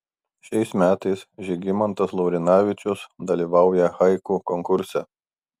šiais metais žygimantas laurinavičius dalyvauja haiku konkurse